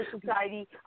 Society